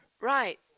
right